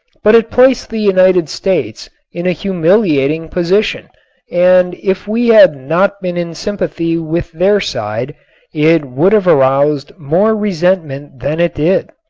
but it placed the united states in a humiliating position and if we had not been in sympathy with their side it would have aroused more resentment than it did.